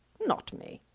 not me!